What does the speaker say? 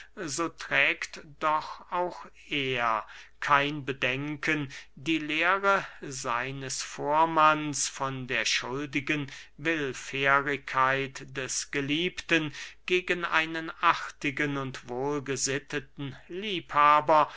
so trägt doch auch er kein bedenken die lehre seines vormanns von der schuldigen willfährigkeit des geliebten gegen einen artigen und wohlgesitteten liebhaber